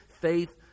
faith